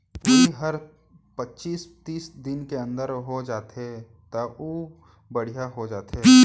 उही हर पचीस तीस दिन के अंदर हो जाथे त अउ बड़िहा हो जाथे